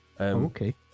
Okay